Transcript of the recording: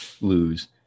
lose